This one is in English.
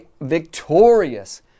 victorious